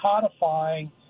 codifying